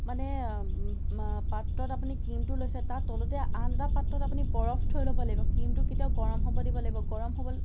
মানে পাত্ৰত আপুনি ক্ৰিমটো লৈছে তাৰ তলতে আন এটা পাত্ৰত আপুনি বৰফ থৈ ল'ব লাগিব ক্ৰিমটো কেতিয়াও গৰম হ'ব দিব নালাগিব